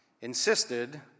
insisted